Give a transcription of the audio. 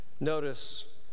Notice